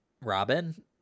Robin